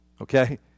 okay